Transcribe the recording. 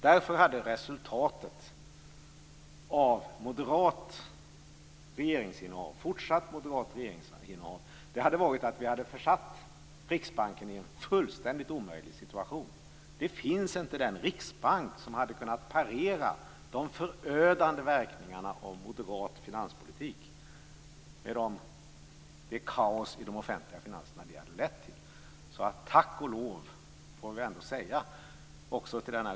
Därför hade resultatet av fortsatt moderat regeringsinnehav varit att vi hade försatt Riksbanken i en fullständigt omöjlig situation. Den riksbank som hade kunnat parera de förödande verkningarna av moderat finanspolitik, med det kaos i de offentliga finanserna det hade lett till, finns inte.